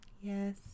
Yes